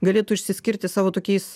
galėtų išsiskirti savo tokiais